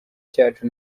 cyacu